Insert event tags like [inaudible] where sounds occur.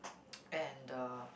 [noise] and uh